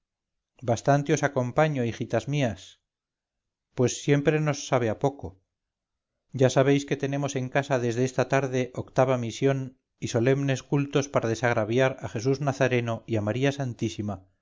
os acompaño hijitas mías pues siempre nos sabe a poco ya sabéis que tenemos en casa desde esta tarde octava misión y solemnes cultos para desagraviar a jesús nazareno y a maría santísima